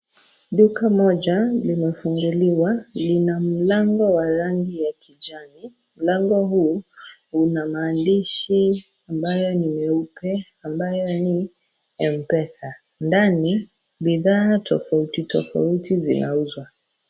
Duka moja, limefunguliwa lina mlango wa rangi ya kijani. Mlango huu, una maandishi ambayo ni meupe, ambayo ni M pesa. Ndani, bidhaa tofauti tofauti zinauzwa.